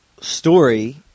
story